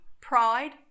pride